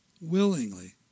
willingly